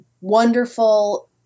wonderful